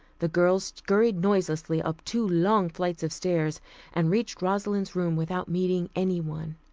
the girls scurried noiselessly up two long flights of stairs and reached rosalind's room without meeting anyone.